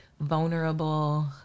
vulnerable